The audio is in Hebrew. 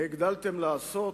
הגדלתם לעשות